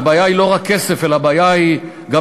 והבעיה היא לא רק כסף אלא הבעיה היא גם